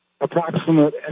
approximate